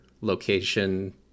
location